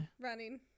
running